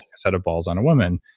set of balls on a woman,